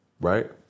right